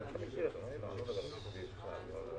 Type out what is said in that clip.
ינון,